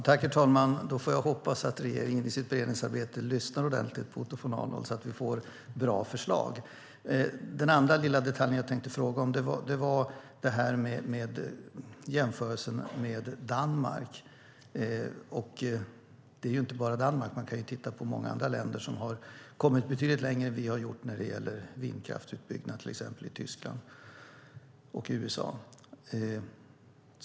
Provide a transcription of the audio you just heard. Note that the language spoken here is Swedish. Herr talman! Då får jag hoppas att regeringen i sitt beredningsarbete lyssnar ordentligt på Otto von Arnold, så att vi får bra förslag. Den andra lilla detalj jag tänkte fråga om var jämförelsen med Danmark. Det är ju inte bara Danmark man kan titta på. Det finns många andra länder som har kommit betydligt längre än vi när det gäller vindkraftsutbyggnad, till exempel Tyskland och USA.